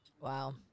wow